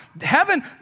Heaven